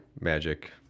magic